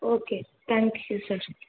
okay thanks sister